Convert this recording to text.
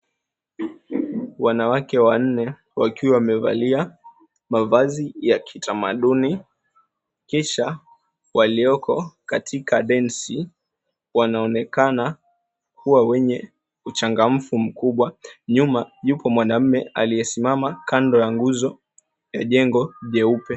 Wanawake wanne, wakiwa wamevalia mavazi ya kitamaduni. Kisha walioko katika densi, wanaonekana kuwa wenye uchangamfu mkubwa. Nyuma yupo mwanamme aliyesimama kando ya nguzo ya jengo jeupe.